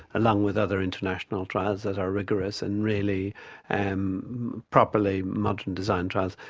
along with other international trials that are rigorous and really and properly, modern designed trials,